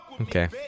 Okay